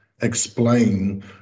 explain